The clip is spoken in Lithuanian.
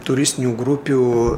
turistinių grupių